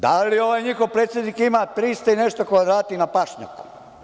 Da li ovaj njihov predsednik ima 300 i nešto kvadrata na pašnjaku?